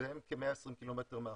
והם כ-120 ק"מ מהחוף.